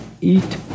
eat